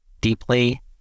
deeply